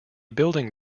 building